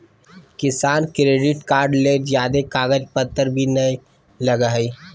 किसान credit card ले ज्यादे कागज पतर भी नय लगय हय